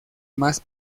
más